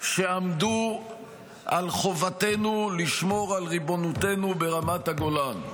שעמדו על חובתנו לשמור על ריבונותנו ברמת הגולן.